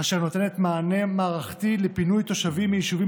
אשר נותנת מענה מערכתי לפינוי תושבים מיישובים